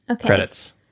credits